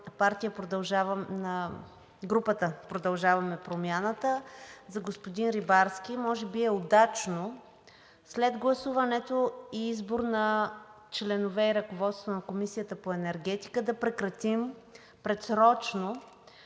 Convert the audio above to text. „Продължаваме Промяната“ за господин Рибарски, може би е удачно след гласуването и избора на членове и ръководство на Комисията по енергетика да прекратим предсрочно